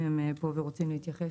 אם הם פה ורוצים להתייחס.